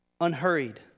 Unhurried